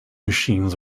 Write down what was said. machines